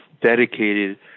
dedicated